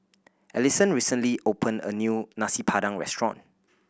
Alison recently opened a new Nasi Padang restaurant